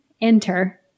enter